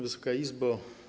Wysoka Izbo!